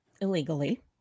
illegally